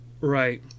Right